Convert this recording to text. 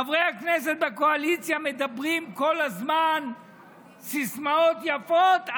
חברי הכנסת בקואליציה מדברים כל הזמן בסיסמאות יפות,